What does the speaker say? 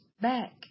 back